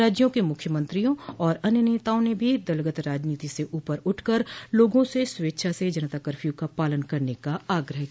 राज्यों के मुख्यमंत्रियों और अन्य नेताओं ने भी दल गत राजनीति से ऊपर उठकर लोगों से स्वेच्छा से जनता कर्फ्यू का पालन करने का आग्रह किया है